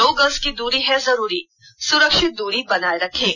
दो गज की दूरी है जरूरी सुरक्षित दूरी बनाए रखें